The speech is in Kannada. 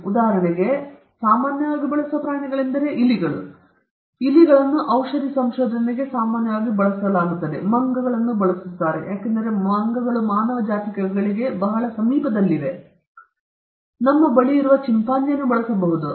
ಉದಾಹರಣೆಗೆ ಉದಾಹರಣೆಗೆ ಸಾಮಾನ್ಯವಾಗಿ ಬಳಸುವ ಕೆಲವು ಪ್ರಾಣಿಗಳೆಂದರೆ ಇಲಿಗಳು ನಂತರ ಇಲಿಗಳನ್ನು ಔಷಧಿ ಸಂಶೋಧನೆಗೆ ಸಾಮಾನ್ಯವಾಗಿ ಬಳಸಲಾಗುತ್ತದೆ ಮಂಗಗಳನ್ನು ಬಳಸಲಾಗುತ್ತಿದೆ ಏಕೆಂದರೆ ಅವು ಮಾನವನ ಜಾತಿಗಳಿಗೆ ಬಹಳ ಸಮೀಪದಲ್ಲಿವೆ ಆದರೆ ನಾವು ನಮ್ಮ ಬಳಿ ಇರುವ ಚಿಂಪಾಂಜಿಯನ್ನು ಬಳಸಬಹುದು